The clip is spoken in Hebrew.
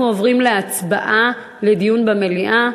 אנחנו עוברים להצבעה, על דיון במליאה.